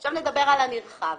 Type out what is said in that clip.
עכשיו נדבר על הנרחב.